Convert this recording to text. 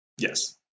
Yes